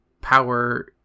power